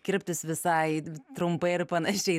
kirptis visai trumpai ir panašiai